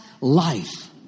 life